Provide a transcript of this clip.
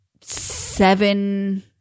seven